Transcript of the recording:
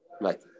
Right